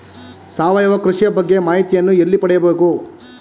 ಸಾವಯವ ಕೃಷಿಯ ಬಗ್ಗೆ ಮಾಹಿತಿಯನ್ನು ಎಲ್ಲಿ ಪಡೆಯಬೇಕು?